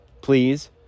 please